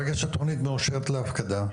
ברגע שהתכנית מאושרת להפקדה,